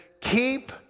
Keep